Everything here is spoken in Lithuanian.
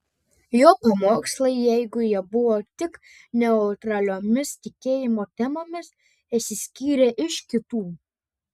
jo pamokslai jeigu jie buvo tik neutraliomis tikėjimo temomis išsiskyrė iš kitų